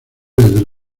desde